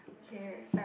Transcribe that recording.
okay I will